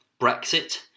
Brexit